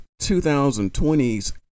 2020's